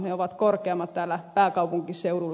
ne ovat korkeammat täällä pääkaupunkiseudulla